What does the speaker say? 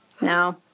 No